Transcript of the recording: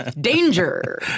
Danger